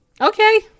Okay